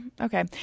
okay